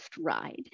ride